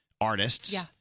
artists